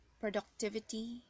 productivity